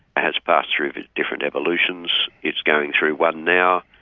has passed through different evolutions. it's going through one now.